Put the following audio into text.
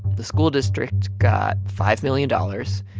the school district got five million dollars,